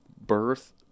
birth